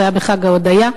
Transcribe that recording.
זה היה בחג ההודיה,